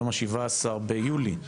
היום ה-17 ביולי 2023,